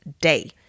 day